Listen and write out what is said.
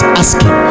asking